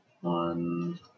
One